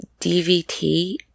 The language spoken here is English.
DVT